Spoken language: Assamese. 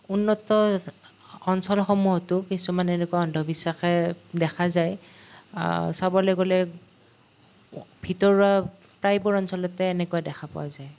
উন্নত অঞ্চলসমূহতো কিছুমান এনেকুৱা অন্ধবিশ্বাসে দেখা যায় চাবলৈ গ'লে ভিতৰুৱা প্ৰায়বোৰ অঞ্চলতে এনেকুৱা দেখা পোৱা যায়